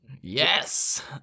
yes